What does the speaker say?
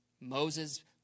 Moses